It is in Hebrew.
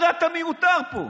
הרי אתה מיותר פה.